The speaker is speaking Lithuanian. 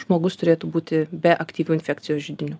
žmogus turėtų būti be aktyvo infekcijos židinio